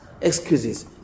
excuses